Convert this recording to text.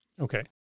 Okay